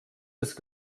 ist